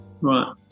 Right